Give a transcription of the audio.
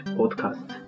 podcast